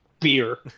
Beer